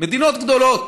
מדינות גדולות